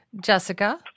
Jessica